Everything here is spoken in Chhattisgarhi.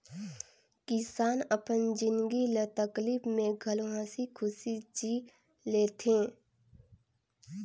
किसान अपन जिनगी ल तकलीप में घलो हंसी खुशी ले जि ले थें